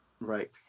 Right